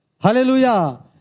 Hallelujah